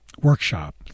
workshop